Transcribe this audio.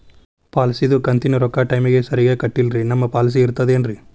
ಪಾಲಿಸಿದು ಕಂತಿನ ರೊಕ್ಕ ಟೈಮಿಗ್ ಸರಿಗೆ ಕಟ್ಟಿಲ್ರಿ ನಮ್ ಪಾಲಿಸಿ ಇರ್ತದ ಏನ್ರಿ?